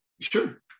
sure